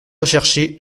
recherché